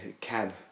cab